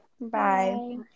Bye